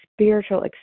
spiritual